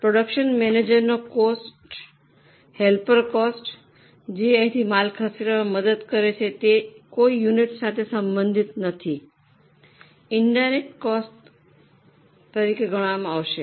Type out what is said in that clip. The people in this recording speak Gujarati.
પ્રોડક્શન મેનેજરનો કોસ્ટ હેલ્પર કોસ્ટ જે અહીંથી માલ ખસેડવામાં મદદ કરે છે તે કોઈ યુનિટ સાથે સંબંધિત નથી ઇનડાયરેક્ટ કોસ્ટ તરીકે ગણવામાં આવશે